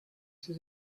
sie